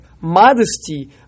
modesty